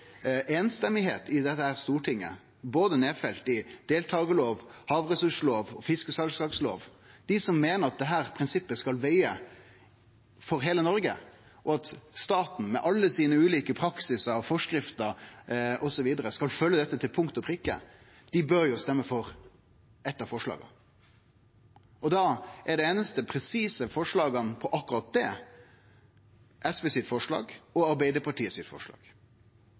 i dette stortinget, og som er nedfelt i både deltakarlova, havressurslova og fiskesalslagslova – dei som meiner at dette prinsippet skal vege for heile Noreg, og at staten med alle sine ulike praksisar og forskrifter osv. skal følgje dette til punkt og prikke, bør stemme for eitt av forslaga. Dei einaste presise forslaga som gjeld akkurat det, er forslaget frå SV og forslaget frå Arbeidarpartiet.